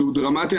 שהוא דרמטי.